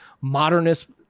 modernist